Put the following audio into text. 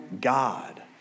God